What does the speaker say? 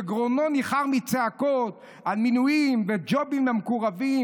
שגרונו ניחר מצעקות על מינויים וג'ובים למקורבים